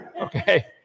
Okay